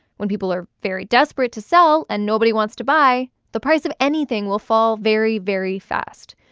when people are very desperate to sell and nobody wants to buy, the price of anything will fall very, very fast.